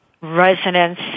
resonance